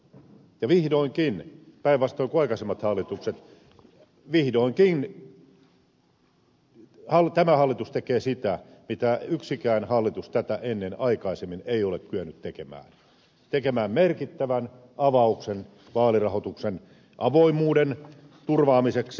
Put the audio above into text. ja vihdoinkin päinvastoin kuin aikaisemmat hallitukset vihdoinkin tämä hallitus tekee sen mitä yksikään hallitus tätä ennen aikaisemmin ei ole kyennyt tekemään merkittävän avauksen vaalirahoituksen avoimuuden turvaamiseksi